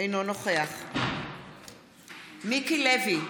אינו נוכח מיקי לוי,